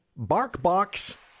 Barkbox